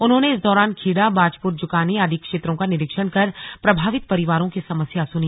उन्होंने इस दौरान खीड़ा बाजपुर जुकानी आदि क्षेत्रों का निरीक्षण कर प्रभावित परिवारों की समस्या सुनी